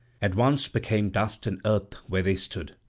at once became dust and earth where they stood.